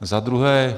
Za druhé.